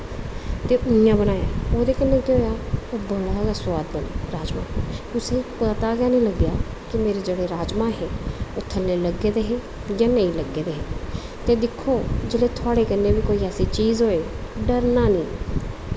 ते इ'यां बनाया ओह्दे कन्नै केह् होएआ ओह् बड़ा गै सोआद बने राजमांह् कुसै पता गै निं लग्गेआ कि मेरे जेह्ड़े राजमांह् हे ओह् थल्लै लग्गे दे हे जां नेईं लग्गे दे हे ते दिक्खो जेल्लै थोआड़े कन्नै बी कोई ऐसी चीज़ होए डरना निं